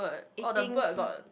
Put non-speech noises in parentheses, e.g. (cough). eating s~ (breath)